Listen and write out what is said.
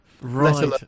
Right